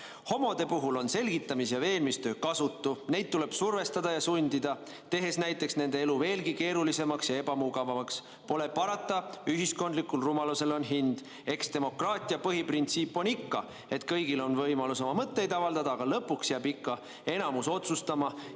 homode puhul "on selgitamis- ja veenmistöö kasutu, neid tuleb survestada ja sundida, tehes näiteks nende elu veelgi keerulisemaks ja ebamugavamaks. Pole parata, ühiskonnaohtlikul rumalusel on oma hind. Eks demokraatia põhiprintsiip on ikka, et kõigil on võimalus nagu oma mõtteid avaldada, aga lõpuks jääb ikka nii, nagu enamus otsustab. Ja